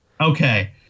Okay